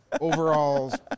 overalls